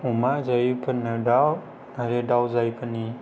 अमा जायैफोरनो दाउ आरो दाउ जायैफोरनि